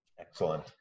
Excellent